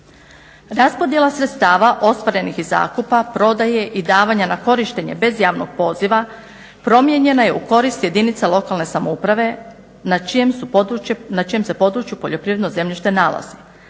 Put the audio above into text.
Raspodjela sredstava ostvarenih iz zakupa, prodaje i davanja na korištenje bez javnog poziva promijenjena je u korist jedinica lokalne samouprave na čijem se području poljoprivredno zemljište nalazi.